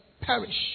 perish